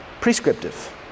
prescriptive